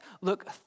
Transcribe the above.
Look